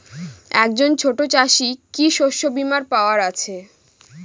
একজন ছোট চাষি কি শস্যবিমার পাওয়ার আছে?